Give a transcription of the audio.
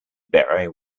beret